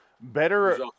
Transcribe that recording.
Better